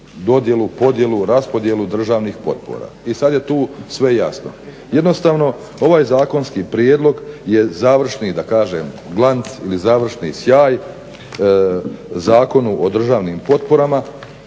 dodjelu, podjelu, raspodjelu državnih potpora i sad je tu sve jasno. Jednostavno ovaj zakonski prijedlog je završni da kažem glanc ili završni sjaj Zakonu o državnim potporama